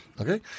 okay